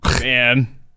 Man